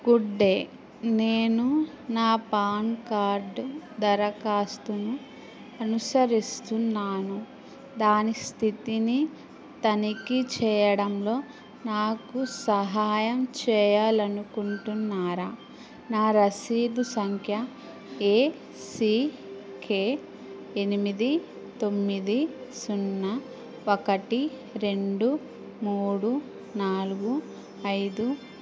good day నేను నా PAN card దరఖాస్తును అనుసరిస్తున్నాను దాని స్థితిని తనిఖీ చేయడంలో నాకు సహాయం చేయాలి అనుకుంటున్నారా నా రసీదు సంఖ్య ఏ సీ కే ఎనిమిది తొమ్మిది సున్నా ఒకటి రెండు మూడు నాలుగు ఐదు